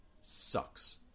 sucks